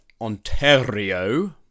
Ontario